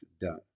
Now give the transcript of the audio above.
done